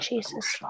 Jesus